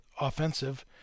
offensive